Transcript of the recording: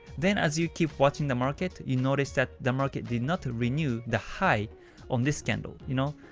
then as you keep watching the market, you notice that the market did not renew the high on this candle, you know,